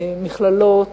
מכללות,